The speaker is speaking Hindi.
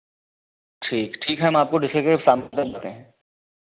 ठीक ठीक है हम आपको डिस्कस करके शाम तक बताते हैं